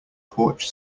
porch